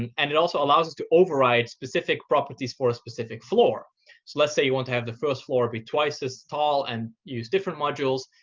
and and it also allows us to override specific properties for a specific floor. so let's say you want to have the first floor be twice as tall and use different modules.